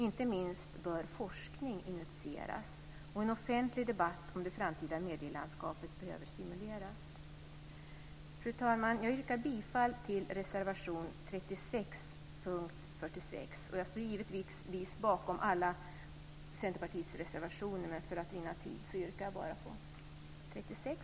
Inte minst bör forskning initieras, och en offentlig debatt om den framtida medielandskapet behöver stimuleras. Fru talman! Jag yrkar bifall till reservation 36 under punkt 46. Jag står givetvis bakom alla Centerpartiets reservationer, men för att vinna tid yrkar jag bifall bara till reservation 36.